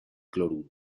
cloruro